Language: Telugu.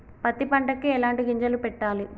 పత్తి పంటకి ఎలాంటి గింజలు పెట్టాలి?